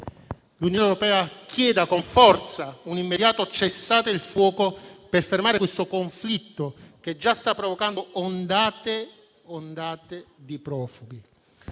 L'Unione europea chieda con forza un immediato cessate il fuoco per fermare questo conflitto, che già sta provocando ondate di profughi.